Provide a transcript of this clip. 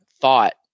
thought